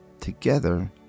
Together